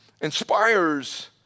inspires